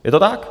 Je to tak?